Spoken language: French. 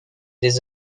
des